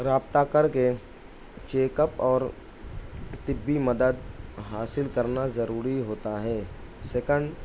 رابطہ کر کے چیک اپ اور طبی مدد حاصل کرنا ضروری ہوتا ہے سیکنڈ